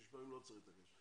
יש פעמים שלא צריך להתעקש.